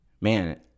man